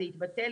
זה התבטל.